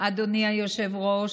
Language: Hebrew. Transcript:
אדוני היושב-ראש,